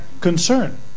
concern